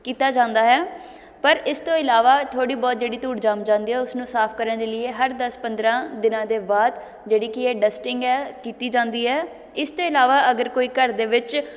ਕੀਤਾ ਜਾਂਦਾ ਹੈ ਪਰ ਇਸ ਤੋਂ ਇਲਾਵਾ ਥੋੜ੍ਹੀ ਬਹੁਤ ਜਿਹੜੀ ਧੂੜ ਜੰਮ ਜਾਂਦੀ ਹੈ ਉਸ ਨੂੰ ਸਾਫ਼ ਕਰਨ ਦੇ ਲੀਏ ਹਰ ਦਸ ਪੰਦਰ੍ਹਾਂ ਦਿਨਾਂ ਦੇ ਬਾਅਦ ਜਿਹੜੀ ਕਿ ਹੈ ਡਸਟਿੰਗ ਹੈ ਕੀਤੀ ਜਾਂਦੀ ਹੈ ਇਸ ਤੋਂ ਇਲਾਵਾ ਅਗਰ ਕੋਈ ਘਰ ਦੇ ਵਿੱਚ